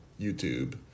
YouTube